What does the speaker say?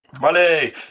money